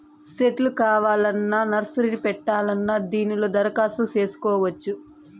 సెట్లు కావాలన్నా నర్సరీ పెట్టాలన్నా దీనిలో దరఖాస్తు చేసుకోవచ్చు